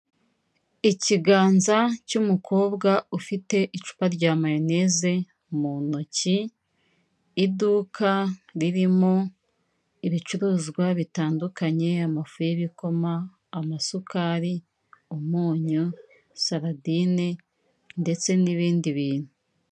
Ikiganza cy'umukobwa ufite icupa rya mayoneze mu ntoki iduka ririmo ibicuruzwa bitandukanye amafu y'ibikoma amasukari umunyu saladine ndetse n'ibindi bintu.